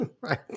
Right